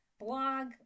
Blog